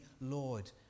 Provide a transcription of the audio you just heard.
lord